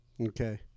Okay